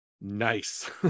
nice